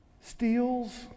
steals